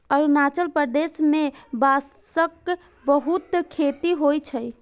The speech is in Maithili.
अरुणाचल प्रदेश मे बांसक बहुत खेती होइ छै